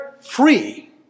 free